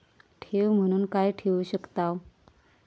ठेव म्हणून काय ठेवू शकताव?